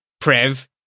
prev